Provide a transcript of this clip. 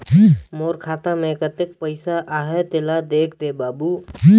मोर खाता मे कतेक पइसा आहाय तेला देख दे बाबु?